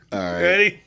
Ready